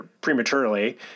prematurely